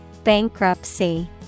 Bankruptcy